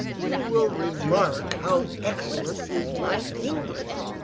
you will remark how excellent is my english.